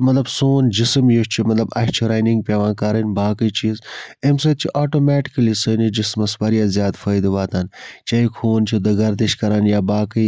مَطلَب سون جسم یُس چھُ مَطلَب اَسہِ چھِ رَنِنٛگ پیٚوان کَرٕنۍ باقی چیٖز اَمہِ سۭتۍ چھِ آٹومیٚٹِکلی سٲنِس جِسمَس واریاہ زیادٕ فٲیدٕ واتان چاہے خون چھُ گردِش کَران یا باقی